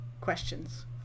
questions